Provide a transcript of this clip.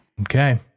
Okay